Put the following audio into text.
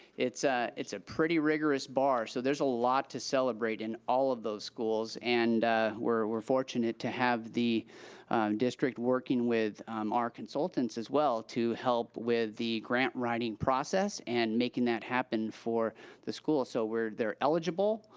it's ah it's a pretty rigorous bar. so there's a lot to celebrate in all of those schools and we're we're fortunate to have the district working with our consultants as well to help with the grant writing process and making that happen for the schools. so they're eligible,